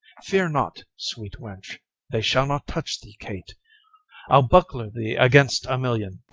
fear not, sweet wench they shall not touch thee, kate i'll buckler thee against a million.